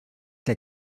der